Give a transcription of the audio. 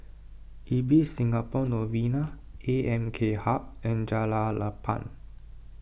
Ibis Singapore Novena A M K Hub and Jalan Lapang